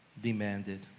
demanded